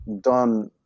done